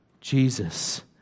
Jesus